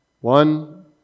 one